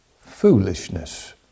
foolishness